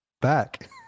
back